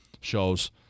shows